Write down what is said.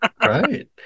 right